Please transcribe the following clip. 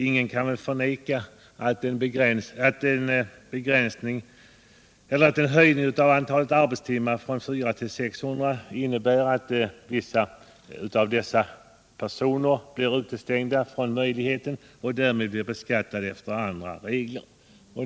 Ingen kan väl förneka att en höjning av timgränsen från 400 till 600 innebär att vissa personer blir utestängda från möjligheten till särbeskattning.